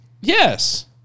yes